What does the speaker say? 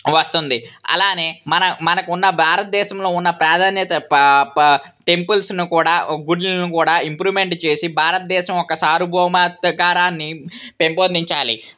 వస్తుంది అలాగే మన మనకున్న భారతదేశంలో ఉన్న ప ప్రాధాన్యత టెంపుల్స్ను కూడా గుళ్ళను కూడా ఇంప్రూమెంట్ చేసి భారతదేశం యొక్క సార్వభౌమధికారాన్ని పెంపొందించాలి